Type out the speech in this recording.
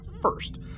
First